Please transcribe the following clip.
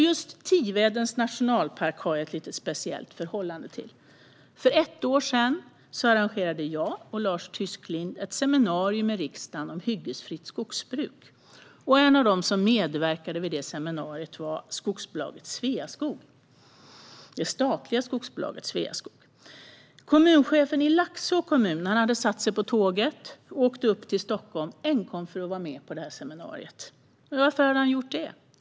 Just Tivedens nationalpark har jag ett lite speciellt förhållande till. För ett år sedan arrangerade jag och Lars Tysklind ett seminarium i riksdagen om hyggesfritt skogsbruk. En av de medverkande kom från det statliga skogsbolaget Sveaskog. Kommunchefen i Laxå kommun hade satt sig på tåget och åkt upp till Stockholm enkom för att vara med på seminariet. Varför det?